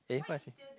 eh why is